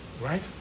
Right